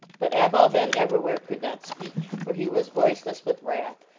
but abou ben evrawhair could not speak, for he was voiceless with wrath.